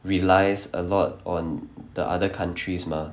relies a lot on the other countries mah